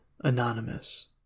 Anonymous